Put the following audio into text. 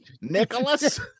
Nicholas